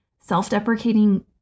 self-deprecating